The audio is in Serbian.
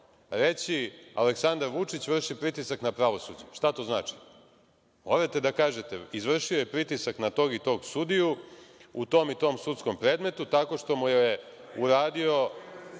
reći, Aleksandar Vučić vrši pritisak na pravosuđe. Šta to znači? Morate da kažete, izvršio je pritisak na tog i tog sudiju u tom i tom sudskom predmetu, tako što mu je uradio,